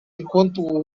enquanto